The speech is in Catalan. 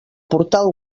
portal